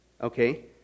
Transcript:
okay